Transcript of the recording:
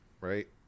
right